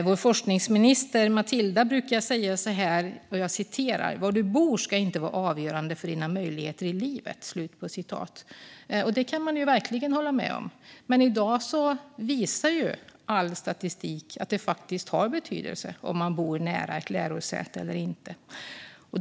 Vår forskningsminister, Matilda, brukar säga så här: Var du bor ska inte vara avgörande för dina möjligheter i livet. Det kan man ju verkligen hålla med om. I dag visar dock all statistik att det faktiskt har betydelse om man bor nära ett lärosäte eller inte.